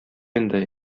инде